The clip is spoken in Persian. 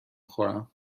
خورم